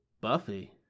Buffy